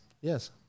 Yes